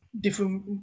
different